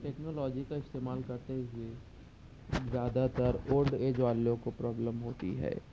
technology کا استعمال کرتے ہوئے زیادہ تر اولڈ ایج والے لوگ کو پرابلم ہوتی ہے